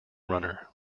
runner